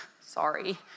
Sorry